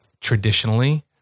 traditionally